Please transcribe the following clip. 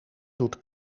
doet